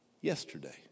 yesterday